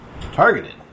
targeted